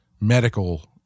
medical